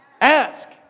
ask